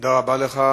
תודה רבה לך.